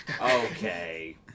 Okay